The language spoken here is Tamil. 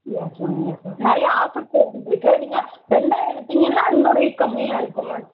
எஸ் மேம் எஸ் மேம் நிறைய ஆஃபர் போய்க்கிட்டு இருக்கு நீங்கள் ரெண்டாக எடுத்திங்கன்னால் இன்னும் ரேட் கம்மியாகருக்கும் மேம்